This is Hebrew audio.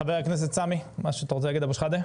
חבר הכנסת סמי אבו שחאדה.